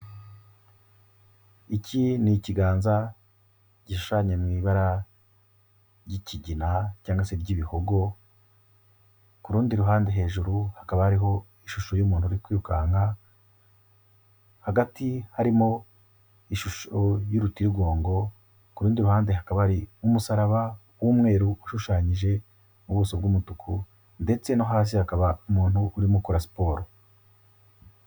Iki ni ikiganza gishushanye mu ibara ry'ikigina cyangwa se ry'ibihogo, ku rundi ruhande hejuru hakaba hariho ishusho y'umuntu uri kwirukanka, hagati harimo ishusho y'urutirigongo, ku rundi ruhande hakaba hari umusaraba w'umweru ushushanyije ubuso bw'umutuku ndetse no hasi hakaba umuntu urimo ukora siporo.